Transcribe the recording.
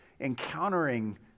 encountering